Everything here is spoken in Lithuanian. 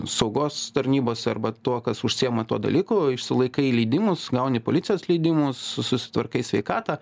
saugos tarnybose arba tuo kas užsiima tuo dalyku išsilaikai leidimus gauni policijos leidimus susitvarkai sveikatą